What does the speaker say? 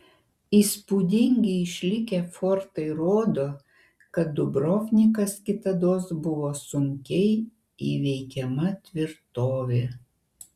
įspūdingi išlikę fortai rodo kad dubrovnikas kitados buvo sunkiai įveikiama tvirtovė